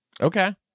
Okay